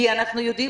כי אנחנו יודעים,